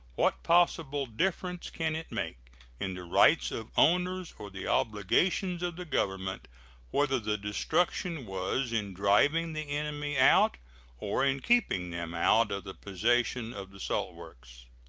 what possible difference can it make in the rights of owners or the obligations of the government whether the destruction was in driving the enemy out or in keeping them out of the possession of the salt works?